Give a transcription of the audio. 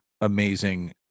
amazing